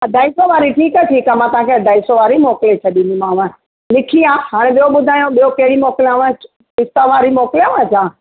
अढ़ाई सौ वारी ठीकु आहे ठीकु आहे मां तव्हांखे अढ़ाई सौ वारी मोकिले छॾींदीमाव लिखी आहे हाणे ॿियो ॿुधायो ॿियो कहिड़ी मोकिलियाव पिस्ता वारी मोकिलियाव छा